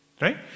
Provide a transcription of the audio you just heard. right